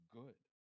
good